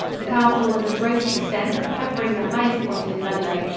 the castle was of great extent, covering the highest point in ludlow,